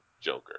Joker